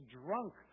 drunk